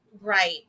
Right